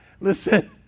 Listen